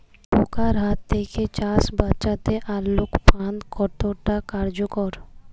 পোকার হাত থেকে চাষ বাচাতে আলোক ফাঁদ কতটা কার্যকর?